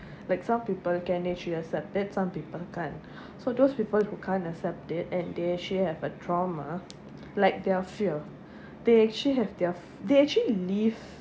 like some people can actually accept it some people can't so those people who can't accept it and they actually have a trauma like their fear they actually have their they actually live